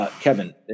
Kevin